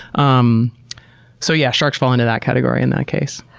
um so, yeah, sharks fall into that category in that case.